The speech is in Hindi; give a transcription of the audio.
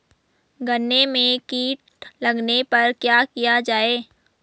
गन्ने में कीट लगने पर क्या किया जाये?